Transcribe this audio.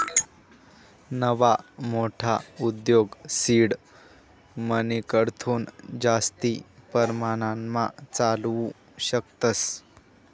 नवा मोठा उद्योग सीड मनीकडथून जास्ती परमाणमा चालावू शकतस